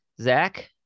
Zach